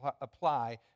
apply